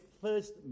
first